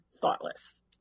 thoughtless